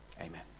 amen